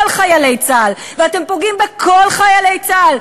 חיילי צה"ל ואתם פוגעים בכל חיילי צה"ל.